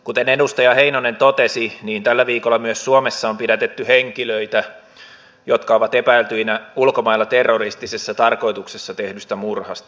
kuten edustaja heinonen totesi tällä viikolla myös suomessa on pidätetty henkilöitä jotka ovat epäiltyinä ulkomailla terroristisessa tarkoituksessa tehdystä murhasta